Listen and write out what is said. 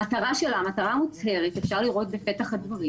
המטרה המוצהרת שלה אפשר לראות בפתח הדברים